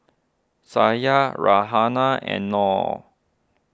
Syah Raihana and Nor